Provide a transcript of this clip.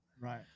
right